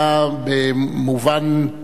במובן רב,